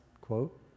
quote